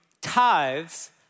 tithes